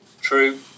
True